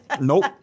Nope